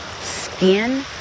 skin